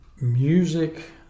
music